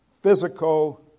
physical